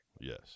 Yes